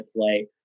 play